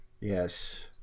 Yes